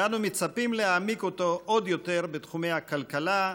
ואנו מצפים להעמיק אותו עוד יותר בתחומי הכלכלה,